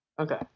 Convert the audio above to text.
Okay